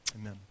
Amen